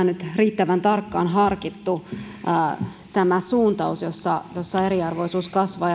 nyt riittävän tarkkaan harkittu tämä suun taus jossa eriarvoisuus kasvaa